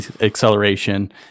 acceleration